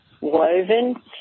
woven